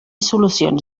solucions